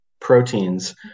proteins